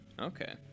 Okay